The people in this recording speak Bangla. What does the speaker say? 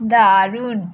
দারুণ